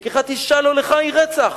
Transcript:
לקיחת אשה לא לך היא רצח.